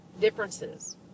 differences